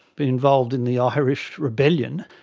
been involved in the irish rebellion,